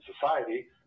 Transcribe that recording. society